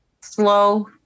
slow